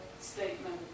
statement